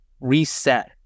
reset